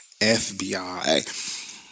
FBI